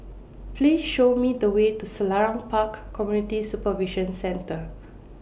Please Show Me The Way to Selarang Park Community Supervision Centre